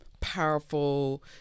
powerful